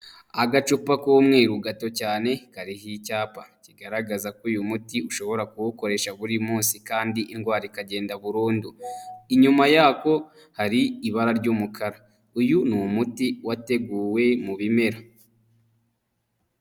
Agacupa k'umweru gato cyane kariho icyapa kigaragaza ko uyu muti ushobora kuwukoresha buri munsi kandi indwara ikagenda burundu, inyuma yako hari ibara ry'umukara uyu ni umuti wateguwe mu bimera.